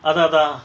அதா அதா:atha atha